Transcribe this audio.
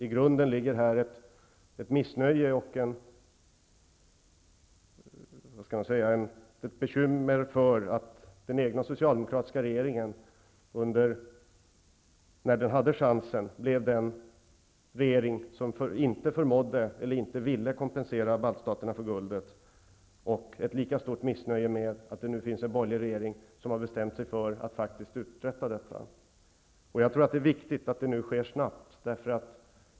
I grunden ligger här ett missnöje med att den egna socialdemokratiska regeringen, när den hade chansen, blev den regering som inte förmådde eller inte ville kompensera de baltiska staterna för guldet, och ett lika stort missnöje med att det nu finns en borgerlig regering som har bestämt sig för att faktiskt uträtta detta. Jag tror att det är viktigt att detta sker snabbt.